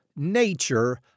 nature